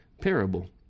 parable